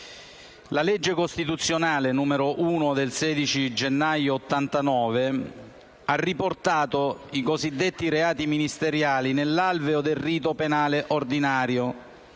La legge costituzionale n. 1 del 16 gennaio 1989 ha riportato i cosiddetti reati ministeriali nell'alveo del rito penale ordinario,